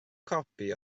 copi